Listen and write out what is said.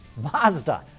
Mazda